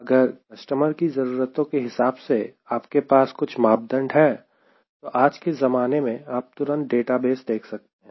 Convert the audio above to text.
अगर कस्टमर की ज़रूरतों के हिसाब से आपके पास कुछ मापदंड है तो आज के जमाने में आप तुरंत डेटाबेस देख सकते हैं